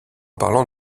parlant